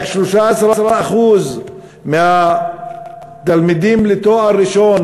רק 13% מהתלמידים לתואר ראשון,